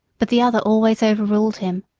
but the other always overruled him.